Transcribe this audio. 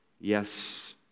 Yes